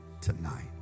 tonight